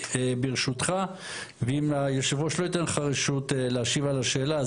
ברשותך ואם היושב ראש לא ייתן לך רשות להשיב על השאלה,